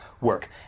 work